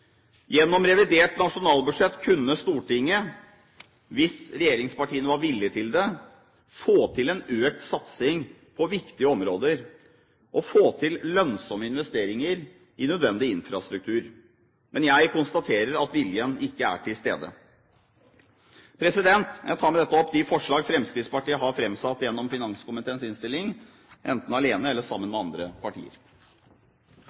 Gjennom revidert nasjonalbudsjett kunne Stortinget, hvis regjeringspartiene var villige til det, få til en økt satsing på viktige områder – og få til lønnsomme investeringer i nødvendig infrastruktur. Men jeg konstaterer at viljen ikke er til stede. Jeg tar med dette opp de forslag Fremskrittspartiet har fremsatt gjennom finanskomiteens innstilling, enten alene eller sammen